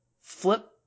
Flip